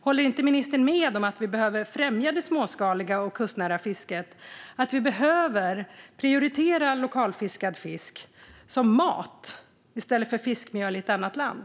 Håller inte ministern med om att vi behöver främja det småskaliga och kustnära fisket och prioritera lokalfiskad fisk som mat och inte som fiskmjöl i annat land?